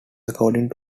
according